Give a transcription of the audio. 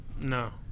No